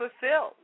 fulfilled